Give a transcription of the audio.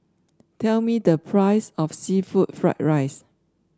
tell me the price of seafood Fried Rice